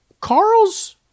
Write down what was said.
Carl's